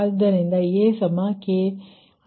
ಆದ್ದುದರಿಂದ ak4×55